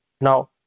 Now